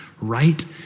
right